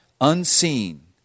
unseen